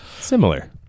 Similar